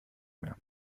mehr